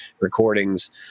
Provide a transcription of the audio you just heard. recordings